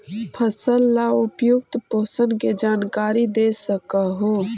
फसल ला उपयुक्त पोषण के जानकारी दे सक हु?